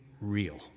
real